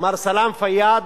מר סלאם פיאד,